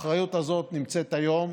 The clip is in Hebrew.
האחריות הזאת נמצאת היום